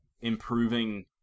improving